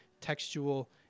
textual